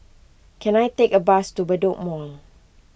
can I take a bus to Bedok Mall